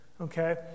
Okay